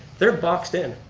they're boxed in.